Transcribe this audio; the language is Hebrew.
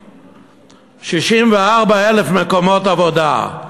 64,000 מקומות עבודה.